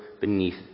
beneath